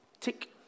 tick